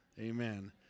amen